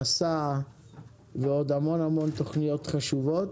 מסע ועוד המון תוכניות חשובות.